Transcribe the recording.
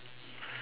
alright